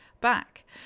back